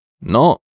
no